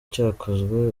cyakozwe